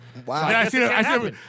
Wow